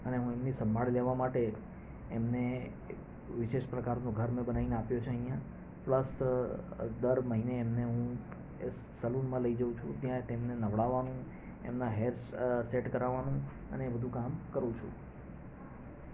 અને એમની સંભાળ લેવા માટે એમને વિશેષ પ્રકારનું ઘર મેં બનાવીને આપ્યું છે અહીંયા પ્લસ દર મહિને એમને હું એ સલૂનમાં લઈ જાઉ છું ત્યાં તેમને નવડાવવાનું એમના હેર્સ સેટ કરાવવાનું અને એ બધું કામ કરું છું